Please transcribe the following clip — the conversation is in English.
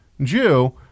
Jew